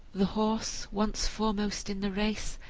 the horse, once foremost in the race,